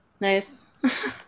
Nice